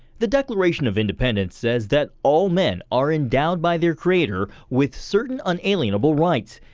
the declaration of independence says that all men are endowed by their creator with certain unalienable rights.